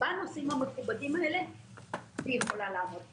בנושאים המכובדים האלה והיא יכולה ל עמוד בזה.